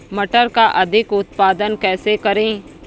मटर का अधिक उत्पादन कैसे करें?